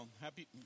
Happy